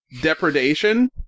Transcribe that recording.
depredation